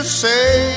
say